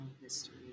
history